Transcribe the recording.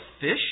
fish